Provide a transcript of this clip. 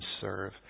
serve